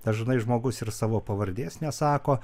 dažnai žmogus ir savo pavardės nesako